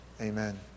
Amen